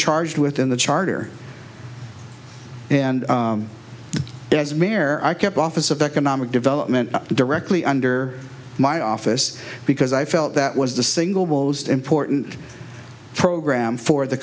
charged with in the charter and as mer i kept office of economic development directly under my office because i felt that was the single most important program for the